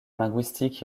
linguistique